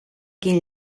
quin